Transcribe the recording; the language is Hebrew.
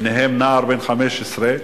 ביניהם נער בן 15,